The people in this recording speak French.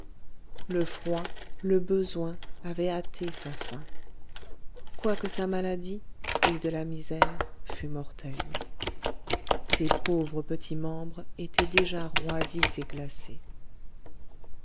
le froid le besoin avaient hâté sa fin quoique sa maladie fruit de la misère fût mortelle ses pauvres petits membres étaient déjà roidis et glacés